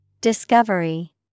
Discovery